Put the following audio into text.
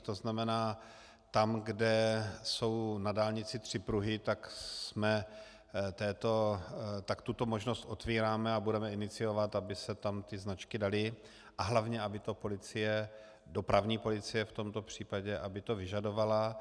To znamená tam, kde jsou na dálnici tři pruhy, tak tuto možnost otvíráme a budeme iniciovat, aby se tam ty značky daly a hlavně aby to policie, dopravní policie v tomto případě, vyžadovala.